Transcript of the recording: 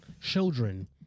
children